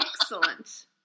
Excellent